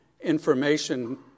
information